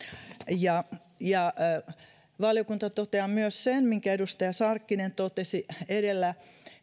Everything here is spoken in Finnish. valiokunta toteaa myös sen minkä edustaja sarkkinen totesi edellä